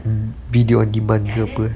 mm video on demand ke apa